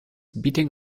beating